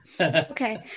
Okay